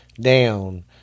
down